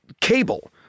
cable